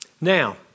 Now